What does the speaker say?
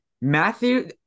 Matthew